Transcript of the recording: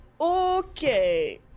okay